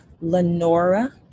Lenora